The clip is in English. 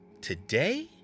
today